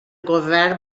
govern